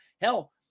Hell